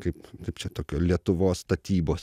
kaip kaip čia tokio lietuvos statybos